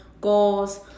goals